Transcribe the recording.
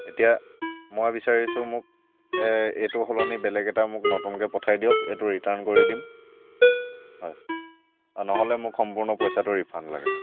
অঁ এতিয়া মই বিচাৰিছোঁ মোক এইটো সলনি বেলেগ এটা মোক নতুনকৈ পঠাই দিয়ক এইটো ৰিটাৰ্ণ কৰি দিম হয় নহ'লে মোক সম্পূৰ্ণ পইচাটো ৰিফাণ্ড লাগে